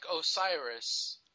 Osiris